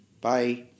Bye